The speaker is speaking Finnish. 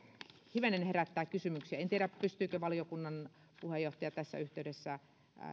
hivenen herättää kysymyksiä en tiedä pystyykö valiokunnan puheenjohtaja tässä yhteydessä